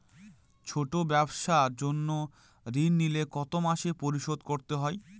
ছোট ব্যবসার জন্য ঋণ নিলে কত মাসে পরিশোধ করতে হয়?